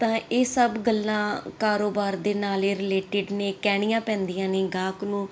ਤਾਂ ਇਹ ਸਭ ਗੱਲਾਂ ਕਾਰੋਬਾਰ ਦੇ ਨਾਲ ਇਹ ਰਿਲੇਟਿਡ ਨੇ ਕਹਿਣੀਆਂ ਪੈਂਦੀਆਂ ਨੇ ਗਾਹਕ ਨੂੰ